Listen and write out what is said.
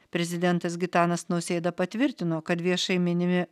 prezidentas gitanas nausėda patvirtino kad viešai minimi